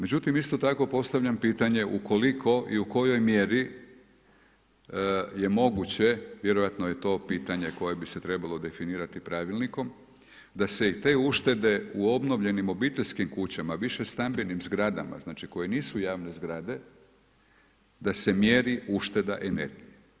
Međutim, isto tako postavljam pitanje ukoliko i u kojoj mjeri je moguće, vjerojatno je to pitanje koje bi se trebalo definirati Pravilnikom, da se i te uštede u obnovljenim obiteljskim kućama, višestambenim zgradama, znači koje nisu javne zgrade, da se mjeri ušteda energije.